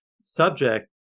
subject